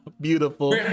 Beautiful